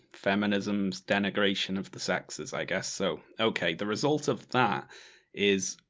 feminism's denigration of the sexes, i guess. so okay, the result of that is.